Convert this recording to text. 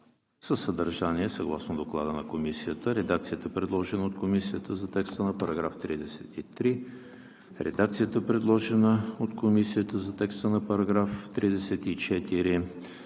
със съдържание съгласно Доклада на Комисията; редакцията, предложена от Комисията за текста на § 33; редакцията, предложена от Комисията за текста на § 34;